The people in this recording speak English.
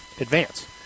advance